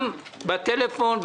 גם בטלפון,